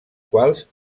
quals